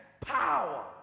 power